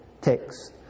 text